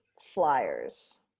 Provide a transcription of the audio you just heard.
flyers